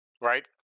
Right